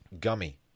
Gummy